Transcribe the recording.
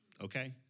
okay